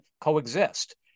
coexist